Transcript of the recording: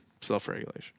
self-regulation